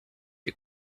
you